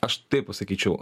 aš taip pasakyčiau